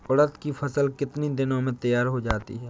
उड़द की फसल कितनी दिनों में तैयार हो जाती है?